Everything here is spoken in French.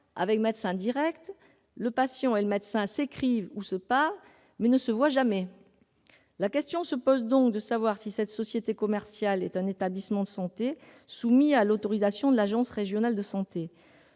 avec MédecinDirect, le patient et le médecin s'écrivent ou se parlent, mais ils ne se voient jamais. La question se pose donc de savoir si cette société commerciale est un établissement de santé soumis à l'autorisation de l'Agence régionale de santé,